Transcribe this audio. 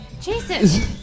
Jason